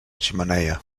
xemeneia